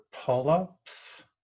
pull-ups